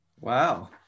wow